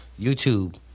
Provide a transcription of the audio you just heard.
YouTube